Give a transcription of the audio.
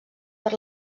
per